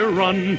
run